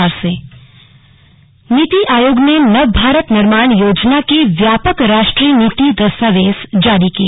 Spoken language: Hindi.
स्लग नीति आयोग नीति आयोग ने नवभारत निर्माण योजना के व्यापक राष्ट्रीय नीति दस्तावेज जारी किए